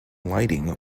lighting